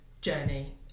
journey